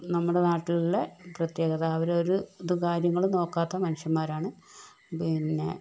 നമ്മുടെ നാട്ടിലുള്ള പ്രത്യേകത അവരവര് ഇതും കാര്യങ്ങളും നോക്കാത്ത മനുഷ്യന്മാരാണ് പിന്നേ